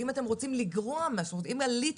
ואם אתם רוצים לגרוע, זאת אומרת, אם עליתם